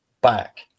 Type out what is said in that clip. back